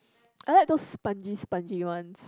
I like those spongy spongy ones